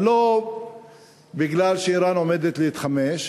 אבל לא בגלל שאיראן עומדת להתחמש.